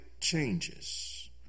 Changes